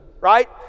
right